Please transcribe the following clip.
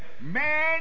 man